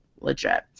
legit